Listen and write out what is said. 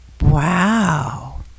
Wow